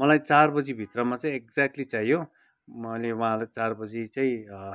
मलाई चार बजीभित्रमा चाहिँ एक्ज्येक्टली चाहियो मैले उहाँहरूलाई चार बजी चाहिँ